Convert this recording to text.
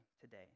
today